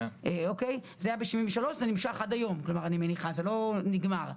זה היה ב-2003 ונמשך עד היום, זה לא נגמר.